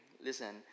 Listen